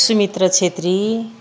Sumitra Chhetri